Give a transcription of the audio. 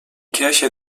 kirche